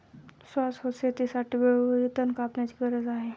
शाश्वत शेतीसाठी वेळोवेळी तण कापण्याची गरज आहे